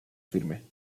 firme